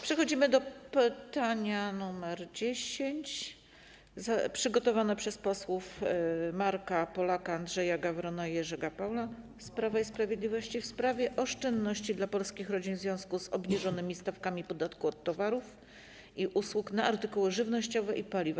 Przechodzimy do pytania nr 10 przygotowanego przez posłów Marka Polaka, Andrzeja Gawrona i Jerzego Paula z Prawa i Sprawiedliwości w sprawie oszczędności dla polskich rodzin w związku z obniżonymi stawkami podatku od towarów i usług na artykuły żywnościowe i paliwa.